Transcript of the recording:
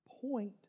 point